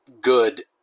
good